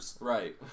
right